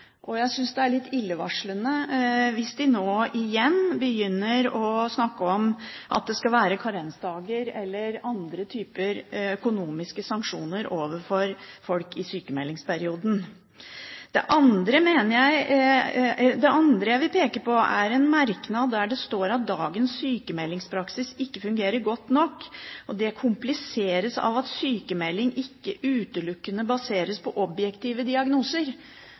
og jeg synes det er litt illevarslende hvis de nå igjen begynner å snakke om at det skal være karensdager eller andre typer økonomiske sanksjoner overfor folk i sykmeldingsperioden. Det andre jeg vil peke på, er en merknad der det står at «dagens sykmeldingspraksis ikke fungerer godt nok. Dette kompliseres ytterligere av at sykmelding ikke utelukkende baseres på «objektive» diagnoser»